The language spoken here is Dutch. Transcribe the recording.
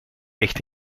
echt